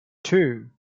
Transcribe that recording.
two